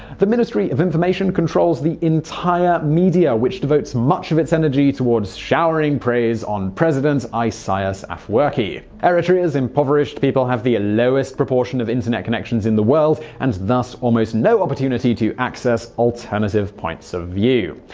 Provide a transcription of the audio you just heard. the ministry of information controls the entire media, which devotes much of its energy towards showering praise on president isaias afwerki. eritrea's impoverished people have the lowest proportion of internet connections in the world, and thus almost no opportunity to access alternative points of view.